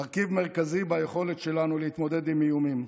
מרכיב מרכזי ביכולת שלנו להתמודד עם איומים.